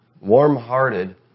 warm-hearted